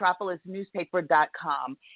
metropolisnewspaper.com